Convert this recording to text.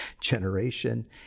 generation